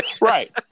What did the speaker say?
right